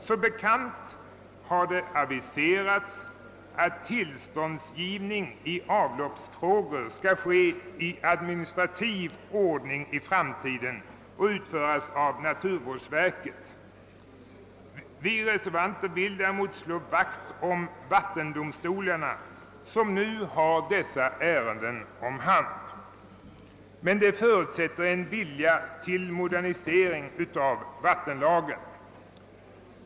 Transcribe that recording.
Som bekant har det aviserats, att tillståndsgivning i avloppsfrågor skall äga rum i administrativ ordning i framtiden och utföras av naturvårdsverket. Vi reservanter vill däremot slå vakt om vattendomstolarna, som nu har dessa ärenden om hand. Detta förutsätter en vilja till modernisering av vattenlagen.